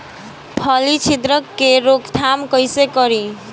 फली छिद्रक के रोकथाम कईसे करी?